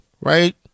right